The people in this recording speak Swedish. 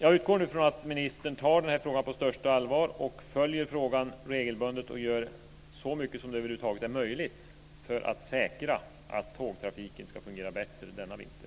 Jag utgår nu från att ministern tar den här frågan på största allvar, följer frågan regelbundet och gör så mycket som det över huvud taget är möjligt för att säkra att tågtrafiken ska fungera bättre denna vinter.